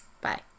Bye